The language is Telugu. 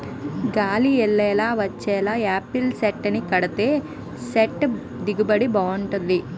గాలి యెల్లేలా వచ్చేలా యాపిల్ సెట్లని కట్ సేత్తే దిగుబడి బాగుంటది